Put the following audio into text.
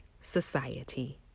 Society